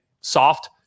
soft